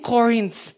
Corinth